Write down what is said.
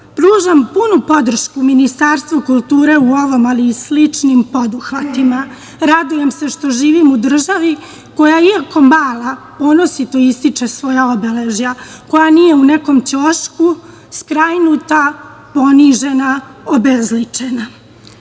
pružam punu podršku Ministarstvu kulture u ovom, ali i sličnim poduhvatima. Radujem se što živim u državi koja je, iako mala, ponosito ističe svoja obeležja, koja nije u nekom ćošku skrajnuta, ponižena, obezličena. Na